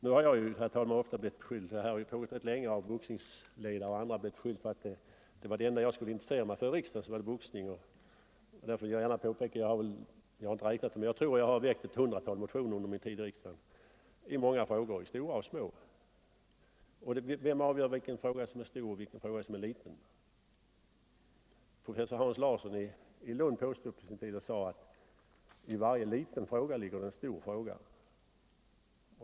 Nu har jag ju, herr talman, ofta — och det har pågått rätt länge — av boxningsledare och andra blivit beskylld för att det enda jag skulle intressera mig för i riksdagen skulle vara boxning. Därför vill jag gärna påpeka att jag tror att jag under min tid i riksdagen har väckt ett hundratal motioner —- jag har inte räknat dem — i många frågor, stora såväl som små. Vem avgör vilken fråga som är stor och vilken fråga som är liten? Professor Hans Larsson i Lund påstod på sin tid att i varje liten fråga ligger en stor fråga.